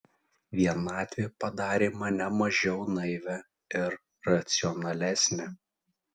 vienatvė padarė mane mažiau naivią ir racionalesnę